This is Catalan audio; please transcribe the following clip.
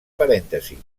parèntesis